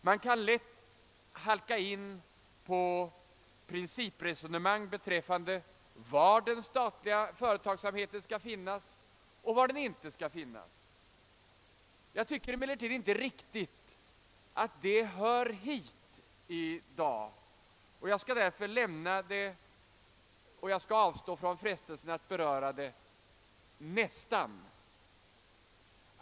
Man kan t.ex. lätt halka in på ett principresonemang om vad den statliga företagsamheten skall finnas och var den inte bör finnas. Jag tycker emellertid inte att det hör hemma i denna debatt och skall därför avstå från att gå in på saken — nästan.